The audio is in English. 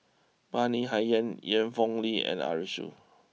Bani Haykal Ian for Ong Li and Arasu